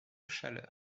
chaleur